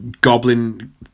Goblin